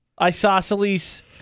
isosceles